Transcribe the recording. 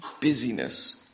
busyness